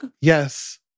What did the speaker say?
Yes